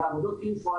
והעבודות ---,